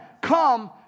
come